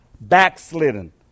backslidden